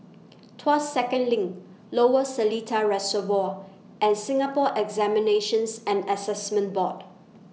Tuas Second LINK Lower Seletar Reservoir and Singapore Examinations and Assessment Board